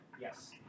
Yes